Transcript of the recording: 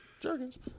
Jergens